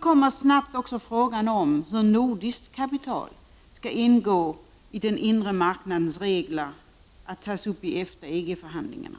kommer snabbt frågan om hur nordiskt kapital skall ingå i den inre marknadens regler att tas upp i EFTA-EG-förhandlingarna.